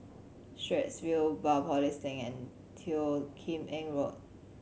Straits View Biopolis Link and Teo Kim Eng Road